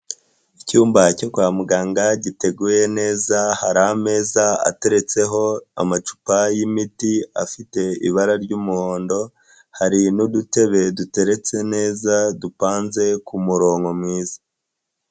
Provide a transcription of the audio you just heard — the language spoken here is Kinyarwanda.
Icyumba cyo kwa muganga giteguye neza, hari ameza ateretseho amacupa y'imiti afite ibara ry'umuhondo, hari n'udutebe duteretse neza dupanze ku murongo mwiza.